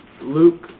Luke